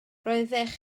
roeddech